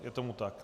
Je tomu tak?